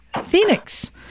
Phoenix